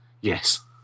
Yes